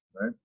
right